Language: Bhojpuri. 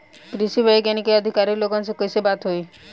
कृषि वैज्ञानिक या अधिकारी लोगन से कैसे बात होई?